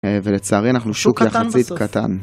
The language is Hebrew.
ולצערי אנחנו שוק יחצית קטן.